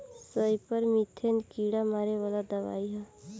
सईपर methane कीड़ा मारे वाला दवाई ह